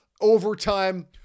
overtime